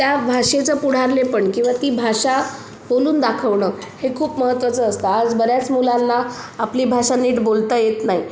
त्या भाषेचं पुढारलेपण किंवा ती भाषा बोलून दाखवणं हे खूप महत्वाचं असतं आज बऱ्याच मुलांना आपली भाषा नीट बोलता येत नाही